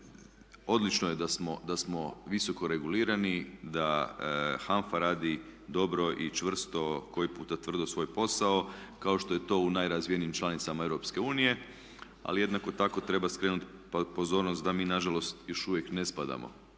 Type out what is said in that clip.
odlično je da smo visoko regulirani, da HANFA radi dobro i čvrsto, koji puta tvrdo svoj posao kao što je to u najrazvijenijim članicama EU. Ali jednako tako treba skrenuti pozornost da mi na žalost još uvijek ne spadamo